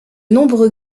nombreux